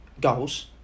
...goals